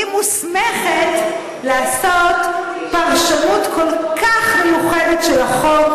והיא מוסמכת לעשות פרשנות כל כך מיוחדת של החוק.